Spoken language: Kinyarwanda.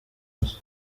maso